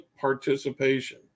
participation